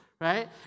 right